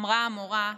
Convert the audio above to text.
אמרה המורה: